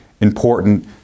important